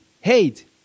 hate